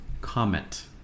comment